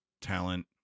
talent